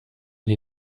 die